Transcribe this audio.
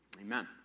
Amen